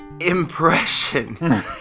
impression